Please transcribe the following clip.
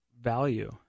value